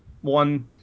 one